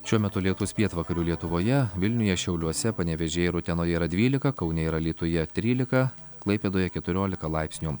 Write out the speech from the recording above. šiuo metu lietus pietvakarių lietuvoje vilniuje šiauliuose panevėžyje ir utenoje yra dvylika kaune ir alytuje trylika klaipėdoje keturiolika laipsnių